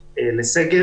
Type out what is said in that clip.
ולכן הגענו לסגר